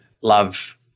love